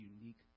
unique